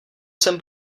jsem